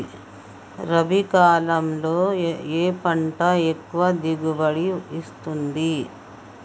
రబీ కాలంలో ఏ పంట ఎక్కువ దిగుబడి ఇస్తుంది?